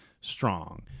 strong